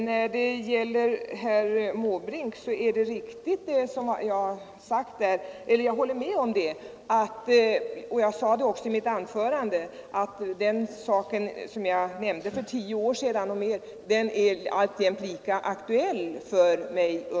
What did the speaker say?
När det gäller herr Måbrink håller jag med om — och det sade jag också i mitt anförande — att vad jag sade för mer än tio år sedan alltjämt är lika aktuellt för mig.